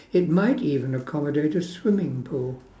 it might even accommodate a swimming pool